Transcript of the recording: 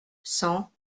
cent